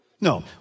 No